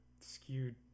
skewed